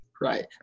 right